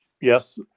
Yes